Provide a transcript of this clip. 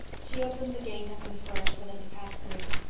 she opened the gate under the firs for them to pass through.